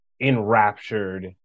enraptured